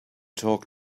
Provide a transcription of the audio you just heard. talk